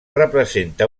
representa